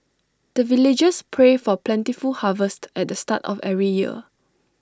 the villagers pray for plentiful harvest at start of every year